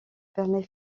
permet